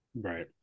Right